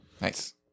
Nice